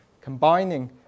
combining